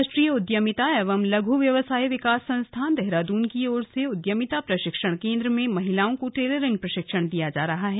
राष्ट्रीय उद्यमिता एवं लघ् व्यवसाय विकास संस्थानए देहरादून की ओर से उद्यमिता प्रशिक्षण केंद्र में महिलाओं को टेलरिंग प्रशिक्षण दिया जा रहा है